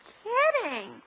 kidding